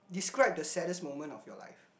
describe the saddest moment of your life